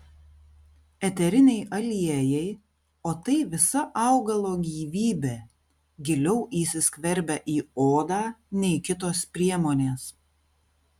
eteriniai aliejai o tai visa augalo gyvybė giliau įsiskverbia į odą nei kitos priemonės